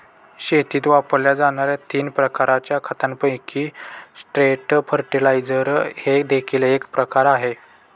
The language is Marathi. शेतीत वापरल्या जाणार्या तीन प्रकारच्या खतांपैकी स्ट्रेट फर्टिलाइजर हे देखील एक प्रकार आहे